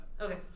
Okay